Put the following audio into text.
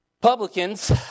publicans